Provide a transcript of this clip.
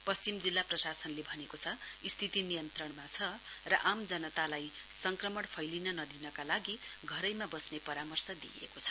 पश्चिम जिल्ला प्रशासनले भनेको छ स्थिति नियन्त्रण छ र जनजतालाई संक्रमण फैलिन नदिनका लागि घरमै बस्ने परामर्श दिइएको छ